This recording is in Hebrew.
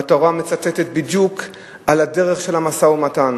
והתורה מצטטת בדיוק את דרך המשא-ומתן